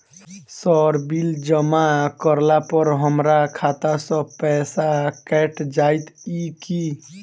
Sir bill जमा करला पर हमरा खाता सऽ पैसा कैट जाइत ई की?